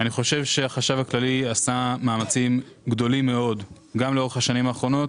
אני חושב שהחשב הכללי עשה מאמצים גדולים מאוד גם לאורך השנים האחרונות,